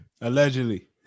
Allegedly